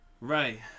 Right